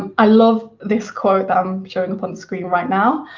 um i love this quote i'm showing up on the screen right now.